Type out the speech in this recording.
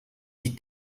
die